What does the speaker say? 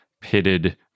pitted